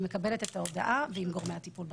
מקבלת את ההודעה ועם גורמי הטיפול בקהילה.